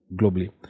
globally